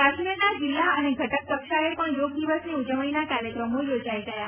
કાશ્મીરના જિલ્લા અને ઘટક કક્ષાએ પણ યોગ દિવસની ઉજવણીના કાર્યક્રમો યોજાઈ ગયા